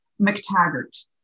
McTaggart